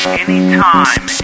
anytime